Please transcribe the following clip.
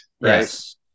Yes